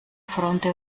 fronte